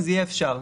אז יהיה אפשר.